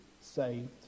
saved